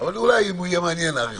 אבל אולי אם הוא יהיה מעניין נאריך אותו.